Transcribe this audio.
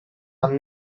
one